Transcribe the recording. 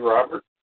Robert